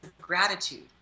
gratitude